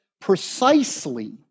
precisely